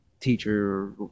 teacher